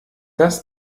das